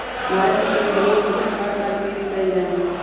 भारत के केन्द्रीय बजट हर साल पेश कइल जाहई